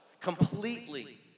completely